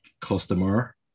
customer